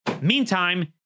Meantime